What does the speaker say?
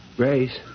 Grace